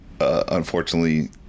unfortunately